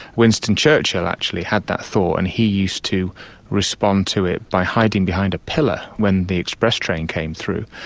winston churchill actually had that thought and he used to respond to it by hiding behind a pillar when the express train came through.